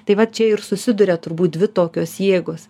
tai va čia ir susiduria turbūt dvi tokios jėgos